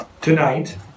tonight